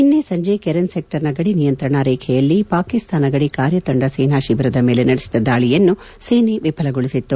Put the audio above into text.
ನಿನ್ನೆ ಸಂಜೆ ಕೆರೆನ್ ಸೆಕ್ಷರ್ನ ಗಡಿ ನಿಯಂತ್ರಣಾ ರೇಖೆಯಲ್ಲಿ ಪಾಕಿಸ್ತಾನ ಗಡಿ ಕಾರ್ಯತಂಡ ಸೇನಾ ಶಿಬಿರದ ಮೇಲೆ ನಡೆಸಿದ ದಾಳಿಯನ್ನು ಸೇನೆ ವಿಫಲಗೊಳಿಸಿತ್ತು